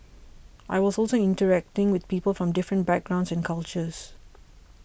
I was also interacting with people from different backgrounds and cultures